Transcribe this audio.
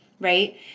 right